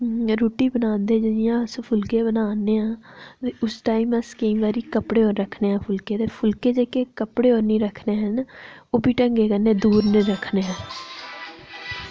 रुट्टी बनांदे ते जि'यां अस फुल्के बना ने आं ते उस टाइम अस केई बारी कपड़े पर रक्खने आं फुल्के ते फुल्के जेह्के कपड़े पर नि रक्खने हैन ओह् बै ढंगे कन्नै दूर नि रक्खने हैन